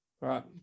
right